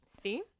see